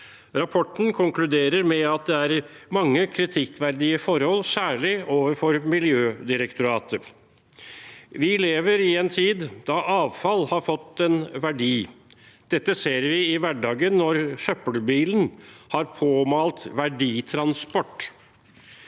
Rapporten konkluderer med at det er mange kritikkverdige forhold, særlig i Miljødirektoratet. Vi lever i en tid da avfall har fått en verdi. Dette ser vi i hverdagen når søppelbilen er påmalt «verditransport».